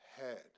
head